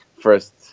first